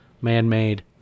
man-made